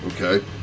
Okay